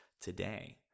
today